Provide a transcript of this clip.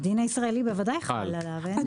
הדין הישראלי בוודאי חל עליו.